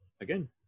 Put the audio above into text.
again